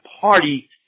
party